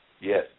Yes